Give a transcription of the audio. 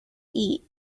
eat